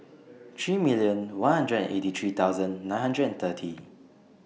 three million one hundred and eighty three thousand nine hundred and thirty